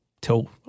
till